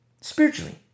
Spiritually